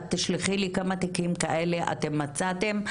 את תשלחי לי כמה תיקים כאלה אתם מצאתם,